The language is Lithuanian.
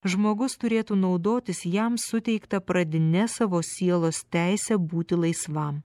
žmogus turėtų naudotis jam suteikta pradine savo sielos teise būti laisvam